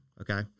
Okay